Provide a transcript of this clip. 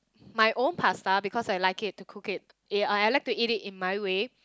my own pasta because I like it to cook it eh uh I like to eat it in my way